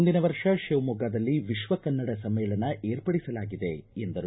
ಮುಂದಿನ ವರ್ಷ ಶಿವಮೊಗ್ಗದಲ್ಲಿ ವಿಶ್ವ ಕನ್ನಡ ಸಮ್ನೇಳನ ಏರ್ಪಡಿಸಲಾಗಿದೆ ಎಂದರು